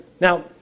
Now